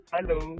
Hello